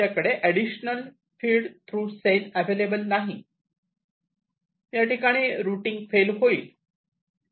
तुमच्याकडे additional feed through cell available नाही याठिकाणी रुटींग फेल होईल